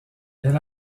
elle